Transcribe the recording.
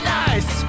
nice